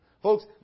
Folks